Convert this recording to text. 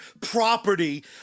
property